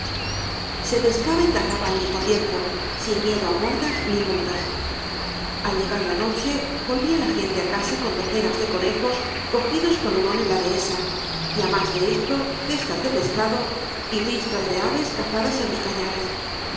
se pescaba y cazaba al mismo tiempo sin miedo á guardas ni multas al llegar la noche volvía la gente á casa con docenas de conejos cogidos con hurón en la dehesa y á más de esto cestas de pescado y ristras de aves cazadas en los cañares